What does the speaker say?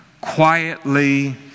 quietly